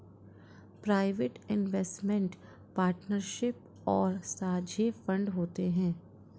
private investment partnership और साझे fund होते हैं